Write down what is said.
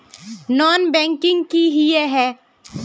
Non banking किए हिये है?